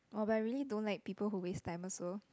oh but I really don't like people who waste time also